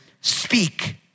Speak